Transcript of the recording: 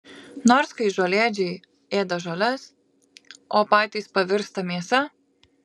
nors kai žolėdžiai ėda žoles o patys pavirsta mėsa